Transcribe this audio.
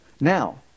Now